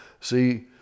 See